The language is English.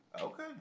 Okay